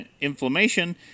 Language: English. inflammation